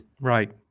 Right